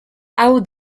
hau